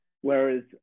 Whereas